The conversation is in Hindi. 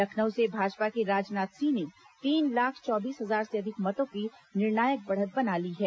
लखन ऊ से भाजपा के राजनाथ सिंह ने तीन लाख चौबीस हजार से अधिक मतों की निर्णायक बढ़त बना ली है